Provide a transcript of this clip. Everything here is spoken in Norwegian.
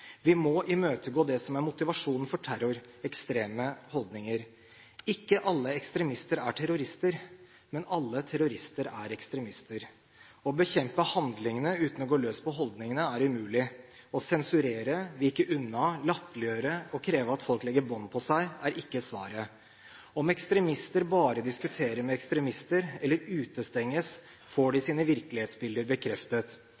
Vi må imøtegå det som er motivasjonen for terror: ekstreme holdninger. Ikke alle ekstremister er terrorister, men alle terrorister er ekstremister. Å bekjempe handlingene uten å gå løs på holdningene, er umulig. Å sensurere, vike unna, latterliggjøre eller kreve at folk legger bånd på seg, er ikke svaret. Om ekstremister bare diskuterer med ekstremister og ellers utestenges, får de